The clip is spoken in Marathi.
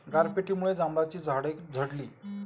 गारपिटीमुळे जांभळाची झाडे झडली